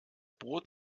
brot